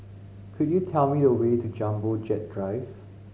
could you tell me the way to Jumbo Jet Drive